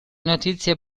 notizie